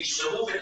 תשמרו עליו.